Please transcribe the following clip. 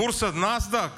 בורסת נאסד"ק